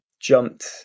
jumped